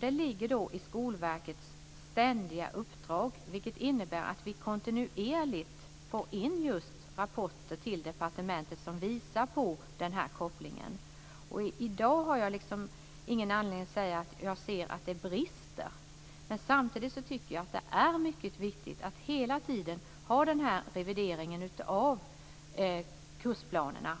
Det ligger i Skolverkets ständiga uppdrag, vilket innebär att vi kontinuerligt får in rapporter till departementet som visar på kopplingen. I dag har jag ingen anledning att säga att det brister. Samtidigt är det viktigt att hela tiden ha en revidering av målen i kursplanerna.